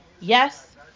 Yes